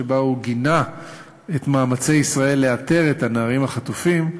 שבה הוא גינה את מאמצי ישראל לאתר את הנערים החטופים,